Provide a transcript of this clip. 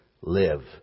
live